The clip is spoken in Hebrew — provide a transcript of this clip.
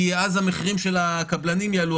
כי המחירים של הקבלנים יעלו,